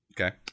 Okay